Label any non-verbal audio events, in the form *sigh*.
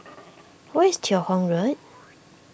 *noise* where is Teo Hong Road